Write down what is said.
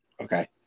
Okay